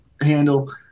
handle